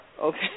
okay